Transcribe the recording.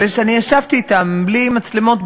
אבל ישבתי אתם בלי מצלמות,